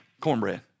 Cornbread